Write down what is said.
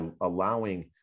allowing